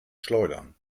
schleudern